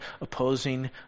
opposing